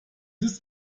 ist